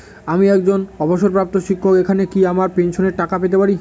আমি একজন অবসরপ্রাপ্ত শিক্ষক এখানে কি আমার পেনশনের টাকা পেতে পারি?